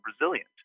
resilient